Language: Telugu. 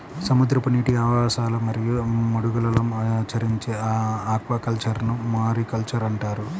సముద్రపు నీటి ఆవాసాలు మరియు మడుగులలో ఆచరించే ఆక్వాకల్చర్ను మారికల్చర్ అంటారు